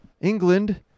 England